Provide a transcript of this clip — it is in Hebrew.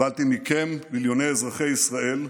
קיבלתי מכם, מיליוני אזרחי ישראל,